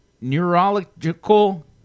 neurological